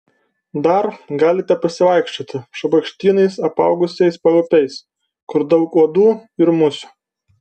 dar galite pasivaikščioti šabakštynais apaugusiais paupiais kur daug uodų ir musių